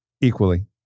Equally